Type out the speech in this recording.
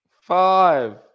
Five